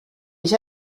ich